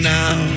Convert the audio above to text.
now